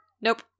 Nope